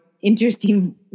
interesting